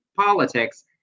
politics